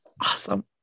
Awesome